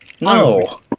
No